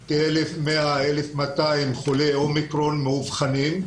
שיש כ-1,200-1,110 חולי אומיקרון מאובחנים.